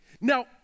Now